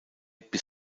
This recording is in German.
bis